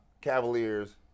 Cavaliers